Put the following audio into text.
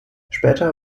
später